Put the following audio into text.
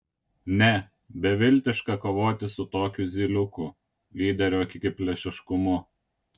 ne beviltiška kovoti su tokiu zyliukų lyderio akiplėšiškumu